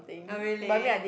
oh really